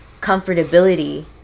comfortability